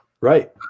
Right